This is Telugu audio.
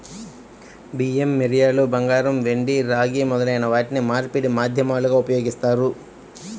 బియ్యం, మిరియాలు, బంగారం, వెండి, రాగి మొదలైన వాటిని మార్పిడి మాధ్యమాలుగా ఉపయోగిస్తారు